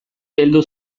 heldu